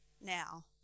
now